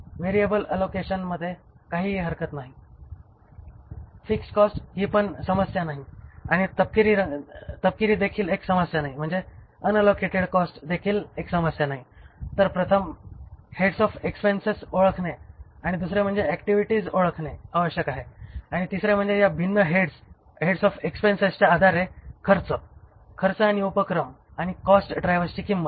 variable allocation मध्ये काही हरकत नाही फिक्स्ड कॉस्ट हि पण समस्या नाही आणि तपकिरी देखील एक समस्या नाही म्हणजे अनअलोकेटेबल कॉस्ट देखील एक समस्या नाही तर प्रथम हेड्स ऑफ एक्सपेन्सेस ओळखणे आणि दुसरे म्हणजे ऍक्टिव्हिटीज ओळखणे आवश्यक आहे आणि तिसरे म्हणजे या भिन्न हेड्स ऑफ एक्सपेन्सेसच्या आधारे खर्च खर्च आणि उपक्रम आणि कॉस्ट ड्रायव्हर्सची किंमत